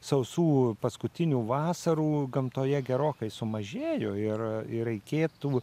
sausų paskutinių vasarų gamtoje gerokai sumažėjo ir ir reikėtų